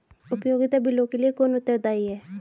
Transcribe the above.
उपयोगिता बिलों के लिए कौन उत्तरदायी है?